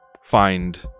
find